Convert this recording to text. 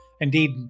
Indeed